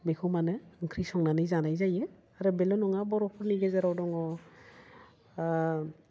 बेखौ मानो ओंख्रि संनानै जानाय जायो आरो बेल' नङा बर'फोरनि गेजेराव दङ